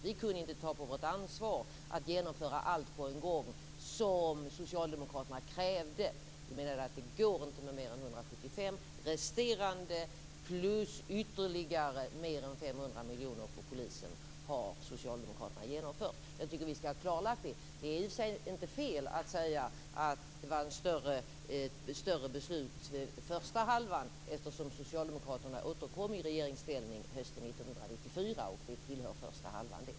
Vi kunde inte ta på vårt ansvar att genomföra allt på en gång, som socialdemokraterna krävde. Vi menade att det inte går med mer än upp till 175. Resterande plus ytterligare mer än 500 miljoners besparingar på polisen har socialdemokraterna genomfört. Jag tycker att vi ska ha klarlagt det. Det är inte fel att säga att det var större beslut under första halvan. Socialdemokraterna återkom ju till regeringsställning hösten 1994, och det tillhör också första halvan.